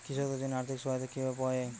কৃষকদের জন্য আর্থিক সহায়তা কিভাবে পাওয়া য়ায়?